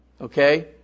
okay